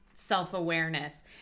Self-awareness